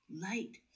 light